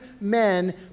men